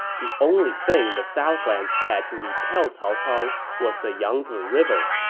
the only thing the southlands had to repel cao cao was the yangzi river,